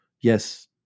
yes